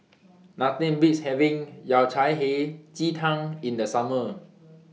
Nothing Beats having Yao Cai Hei Ji Tang in The Summer